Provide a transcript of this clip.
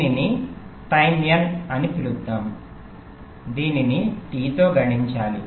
దీనిని time N అని పిలుద్దాం దీనిని T తో గుణించాలి